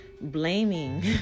blaming